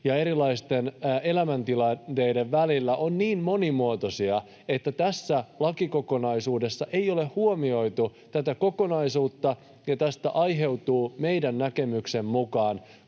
ja erilaisten elämäntilanteiden välillä ovat niin monimuotoisia, että tässä lakikokonaisuudessa ei ole huomioitu tätä kokonaisuutta, ja tästä aiheutuu meidän näkemyksemme mukaan